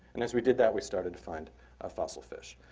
and as we did that we started to find ah fossil fish.